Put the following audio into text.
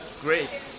Great